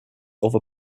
other